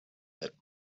that